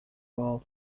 all